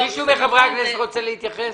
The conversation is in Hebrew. מישהו מחברי הכנסת רוצה להתייחס?